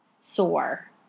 sore